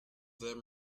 them